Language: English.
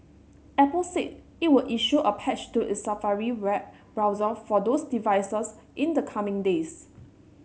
apple said it would issue a patch to its Safari web browser for those devices in the coming days